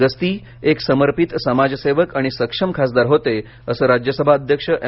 गस्ती एक समर्पित समाजसेवक आणि सक्षम खासदार होते असं राज्यसभा अध्यक्ष एम